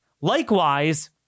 Likewise